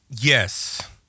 yes